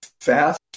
fast